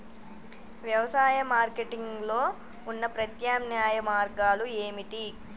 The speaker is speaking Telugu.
వ్యవసాయ మార్కెటింగ్ లో ఉన్న ప్రత్యామ్నాయ మార్గాలు ఏమిటి?